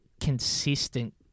consistent